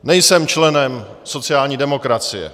Nejsem členem sociální demokracie.